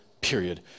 period